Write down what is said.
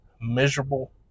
miserable